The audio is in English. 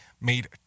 made